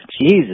Jesus